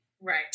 Right